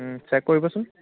check কৰিবচোন